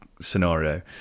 scenario